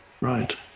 Right